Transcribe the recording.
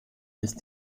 ist